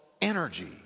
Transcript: energy